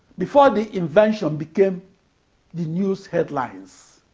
before the invention became the news headlines.